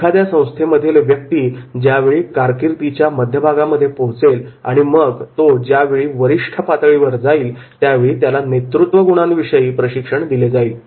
एखाद्या संस्थेमधील व्यक्ती ज्यावेळी कारकीर्दीच्या मध्यभागांमध्ये पोहोचेल आणि मग तो ज्यावेळी वरिष्ठ पातळीवर जाईल त्यावेळी त्याला नेतृत्वगुणांविषयी प्रशिक्षण दिले जाईल